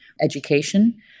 education